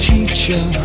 Teacher